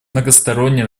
многосторонний